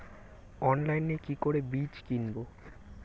অনলাইনে কি করে বীজ কিনব?